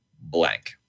blank